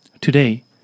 Today